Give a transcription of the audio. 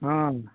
ಹಾಂ